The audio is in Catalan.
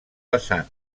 vessant